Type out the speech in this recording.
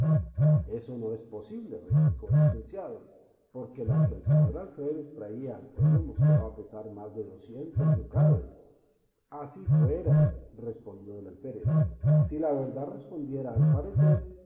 eso no es posible replicó el licenciado porque la que el señor alférez traía al cuello mostraba pesar más de docientos ducados así fuera respondió el alférez si la verdad respondiera al parecer